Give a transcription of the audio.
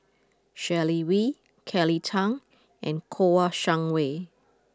Sharon Wee Kelly Tang and Kouo Shang Wei